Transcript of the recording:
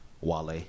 Wale